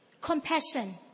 Compassion